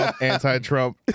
Anti-Trump